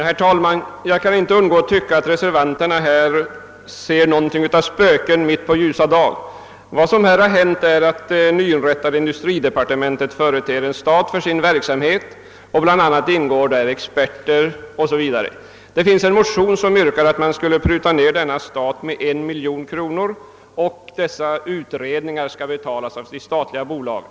Herr talman! Jag kan inte undgå att tycka att reservanterna ser spöken mitt på ljusa dagen. Vad som hänt är att det nyinrättade industridepartementet företer en stat för sin verksamhet, som bl.a. omfattar experter. I en motion yrkas att man skulle pruta ner denna stat med en miljon kronor och att eventuella utredningar skulle betalas av de statliga bolagen.